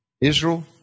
Israel